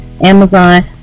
Amazon